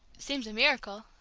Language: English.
seems a miracle,